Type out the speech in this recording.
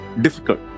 difficult